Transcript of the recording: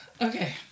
okay